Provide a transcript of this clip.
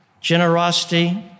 generosity